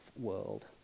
world